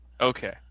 Okay